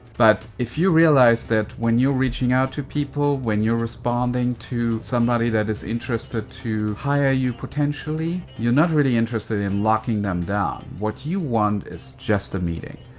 but if you realize that when you're reaching out to people, when you're responding to somebody that is interested to hire you potentially, you're not really interested in locking them down, what you want is just a meeting.